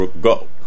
go